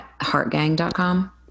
heartgang.com